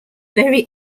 very